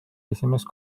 esimest